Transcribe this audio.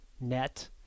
net